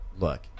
look